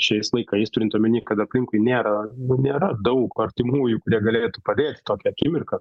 šiais laikais turint omeny kad aplinkui nėra nėra daug artimųjų kurie galėtų padėti tokią akimirką